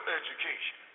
education